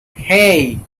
hey